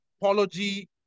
apology